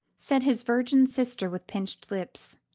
said his virgin sister with pinched lips.